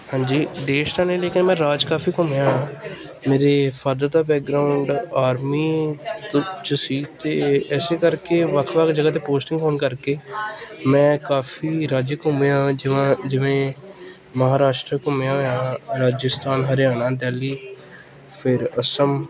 ਹਾਂਜੀ ਦੇਸ਼ ਤਾਂ ਨਹੀਂ ਲੇਕਿਨ ਮੈਂ ਰਾਜ ਕਾਫੀ ਘੁੰਮਿਆ ਮੇਰੇ ਫਾਦਰ ਦਾ ਬੈਕਗਰਾਊਂਡ ਆਰਮੀ 'ਚ ਸੀ ਅਤੇ ਇਸੇ ਕਰਕੇ ਵੱਖ ਵੱਖ ਜਗ੍ਹਾ 'ਤੇ ਪੋਸਟਿੰਗ ਹੋਣ ਕਰਕੇ ਮੈਂ ਕਾਫੀ ਰਾਜ ਘੁੰਮਿਆ ਜਿਵਾ ਜਿਵੇਂ ਮਹਾਰਾਸ਼ਟਰ ਘੁੰਮਿਆ ਹੋਇਆ ਰਾਜਸਥਾਨ ਹਰਿਆਣਾ ਦਿੱਲੀ ਫਿਰ ਅਸਮ